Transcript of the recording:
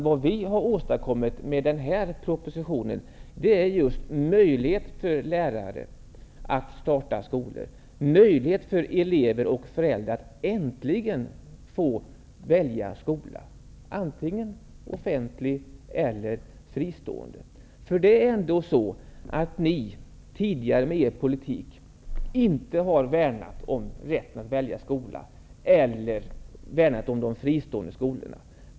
Vad vi har åstadkommit med denna proposition är möjlighet för lärare att starta skolor, möjlighet för elever och föräldrar att äntligen få välja skola, antingen offentlig eller fristående. Det är ändå så att Socialdemokraterna tidigare med sin politik inte har värnat om rätten att välja skola och inte heller värnat om de fristående skolorna.